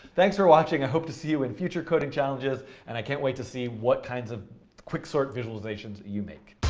thanks for watching, i hope to see you in future coding challenges, and i can't wait to see what kind of quicksort visualizations you make.